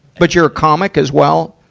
but you're a comic as well?